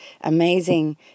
amazing